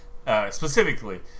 specifically